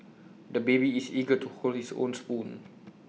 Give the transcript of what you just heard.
the baby is eager to hold his own spoon